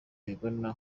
abibona